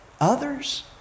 others